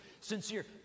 sincere